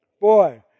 Boy